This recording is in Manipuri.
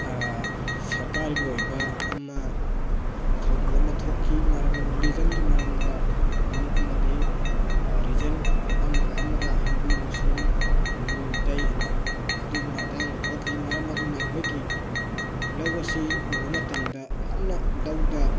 ꯁꯔꯀꯥꯔꯒꯤ ꯑꯣꯏꯕ ꯑꯃ ꯊꯧꯗꯣꯛ ꯑꯃ ꯊꯣꯛꯈꯤ ꯔꯤꯂꯤꯖꯟꯒꯤ ꯃꯔꯝꯗ ꯑꯗꯨꯝ ꯑꯃꯗꯤ ꯔꯤꯖꯟ ꯑꯃꯒ ꯑꯃꯒ ꯍꯤꯟꯗꯨ ꯃꯨꯁꯂꯤꯝ ꯍꯤꯟꯗꯨ ꯃꯤꯇꯩ ꯍꯥꯏꯅ ꯑꯗꯨꯒꯤ ꯃꯇꯥꯡꯗ ꯊꯣꯛꯈꯤ ꯃꯔꯝ ꯑꯗꯨꯅ ꯑꯩꯈꯣꯏꯒꯤ ꯂꯧ ꯑꯁꯤ ꯎꯕ ꯃꯇꯝꯗ ꯌꯥꯝꯅ ꯂꯧꯗ